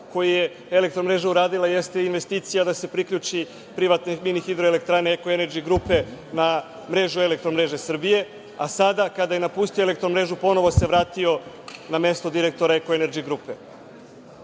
koji je Elektromreža uradila jeste investicija da se priključi privatnoj mini hidroelektrani „Eko enerdži grupe“ na mrežu „Elektromreža Srbije“, a sada kada je napustio Elektromrežu, ponovo se vratio na mesto direktora „Eko enerdži grupe“.Da